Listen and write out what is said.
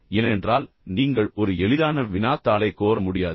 ஏனென்றால் நீங்கள் ஒரு எளிதான வினாத்தாளைக் கோர முடியாது